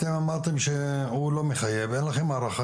אתם אמרתם שהוא לא מחייב ואין לכם הערכה